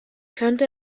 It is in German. könnte